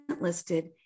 listed